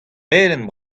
melen